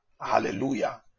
Hallelujah